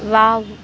wow